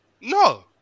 No